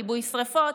בכיבוי שרפות.